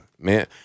Man